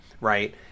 Right